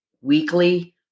weekly